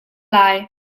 lai